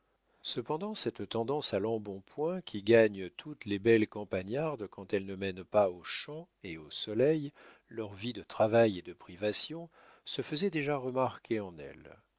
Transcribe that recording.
cependant cette tendance à l'embonpoint qui gagne toutes les belles campagnardes quand elles ne mènent pas aux champs et au soleil leur vie de travail et de privations se faisait déjà remarquer en elle